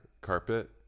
carpet